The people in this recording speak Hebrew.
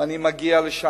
ואני מגיע לשם,